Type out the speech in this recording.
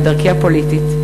בדרכי הפוליטית,